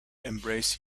embrace